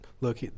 look